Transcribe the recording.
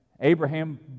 Abraham